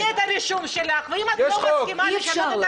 תשני את הרישום שלך ואם את לא מסכימה לשנות את